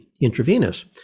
intravenous